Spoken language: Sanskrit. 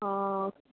हा